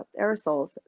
aerosols